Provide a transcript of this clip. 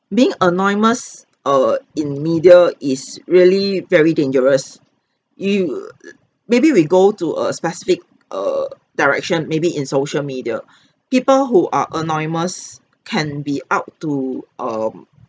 being anonymous err in media is really very dangerous you err maybe we go to a specific err direction maybe in social media people who are anonymous can be up to um